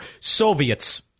Soviets